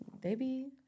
baby